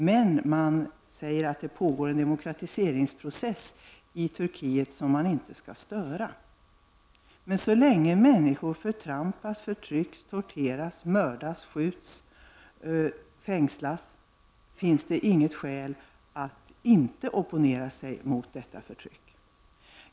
Utskottet säger nu att det pågår en demokratiseringsprocess i Turkiet, en process som inte skall störas. Men så länge människor trampas på, förtrycks, torteras, mördas, skjuts och fängslas finns det inte något skäl att inte opponera sig mot detta förtryck.